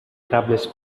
قبلش